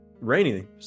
Rainy